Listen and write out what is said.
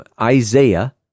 Isaiah